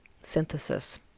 synthesis